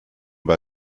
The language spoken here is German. bei